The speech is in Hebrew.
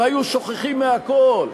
והיו שוכחים מהכול.